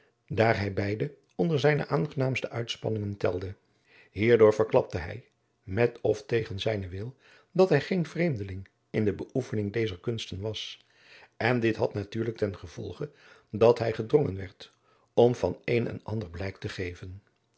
daar hij beide onder zijne aangenaamste uitspanningen telde hierdoor verklapte hij met of tegen zijnen wil dat hij geen vreemdeling in de beoefening dezer kunsten was en dit had natuurlijk ten gevolge dat hij gedrongen werd om van een en ander blijk te geven